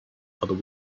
other